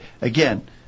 again